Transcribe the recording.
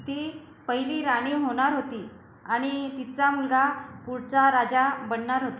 ती पहिली राणी होणार होती आणि तिचा मुलगा पुढचा राजा बनणार होता